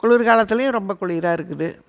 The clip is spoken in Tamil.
குளிர் காலத்திலையும் ரொம்ப குளிராக இருக்குது